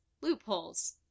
loopholes